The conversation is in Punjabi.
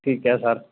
ਠੀਕ ਹੈ ਸਰ